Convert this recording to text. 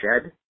Shed